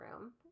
room